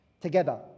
together